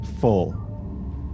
full